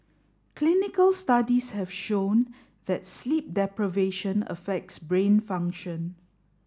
clinical studies have shown that sleep deprivation affects brain function